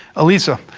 elissa,